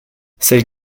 celles